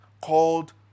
called